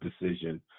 decision